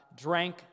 drank